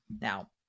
Now